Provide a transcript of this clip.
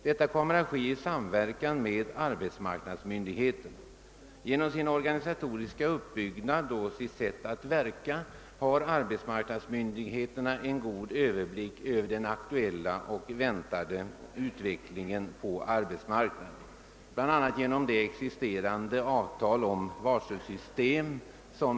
Detta kommer att ske i samverkan med arbetsmarknadsmyndigheterna. Med sin organisatoriska uppbyggnad och sitt sätt att verka har arbetsmårknadsmyndigheterna överblick över den aktuella och väntade utvecklingen på arbetsmarknaden bl.a. genom det existerande avtalet om varselsystem.